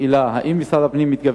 רצוני לשאול: 1. האם משרד הפנים מתכוון